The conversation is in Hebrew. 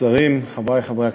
תודה רבה, שרים, חברי חברי הכנסת,